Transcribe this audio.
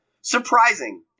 surprising